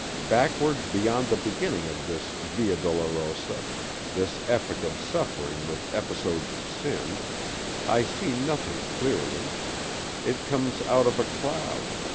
backward beyond the beginning of this via dolorosa this epic of suffering with episodes of sin i see nothing clearly it comes out of a cloud.